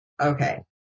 Okay